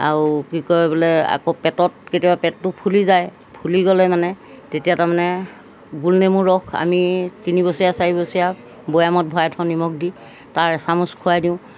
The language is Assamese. আৰু কি কয় বোলে আকৌ পেটত কেতিয়াবা পেটটো ফুলি যায় ফুলি গ'লে মানে তেতিয়া তাৰমানে গোলনেমু ৰস আমি তিনিবছৰীয়া চাৰিবছৰীয়া বৈয়ামত ভৰাই থোৱা নিমখ দি তাৰ এচামুচ খুৱাই দিওঁ